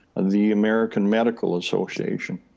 the american medical association,